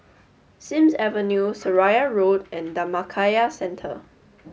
Sims Avenue Seraya Road and Dhammakaya Centre